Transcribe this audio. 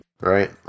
Right